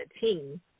team